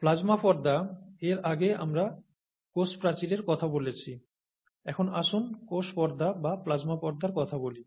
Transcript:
plasma পর্দা এর আগে আমরা কোষ প্রাচীরের কথা বলেছি এখন আসুন কোষ পর্দা বা প্লাজমা পর্দার কথা বলি